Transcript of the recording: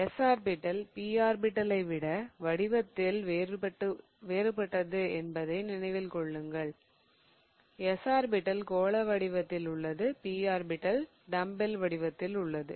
s orbital p ஆர்பிடலை விட வடிவத்தில் வேறுபட்டது என்பதை நினைவில் கொள்ளுங்கள் s ஆர்பிடல் கோள வடிவத்தில் உள்ளது p ஆர்பிடல் டம்பல் வடிவத்தில் உள்ளது